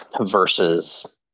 versus